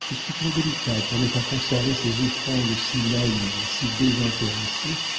je suis trop délicat pour ne pas conserver ces offrandes si naïves si désintéressées